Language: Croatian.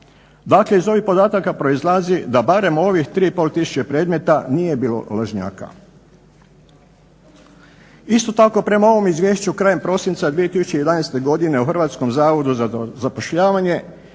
Dakle iz ovih podataka proizlazi da barem ovih 3500 predmeta nije bilo lažnjaka. Isto tako prema ovom izvješću krajem prosinca 2011. godine u Hrvatskom zavodu za zapošljavanje